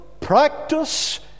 practice